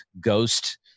ghost